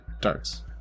darts